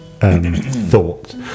Thoughts